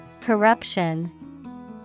Corruption